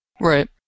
Right